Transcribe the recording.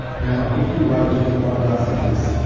now, if you wager that god does exist,